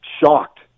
shocked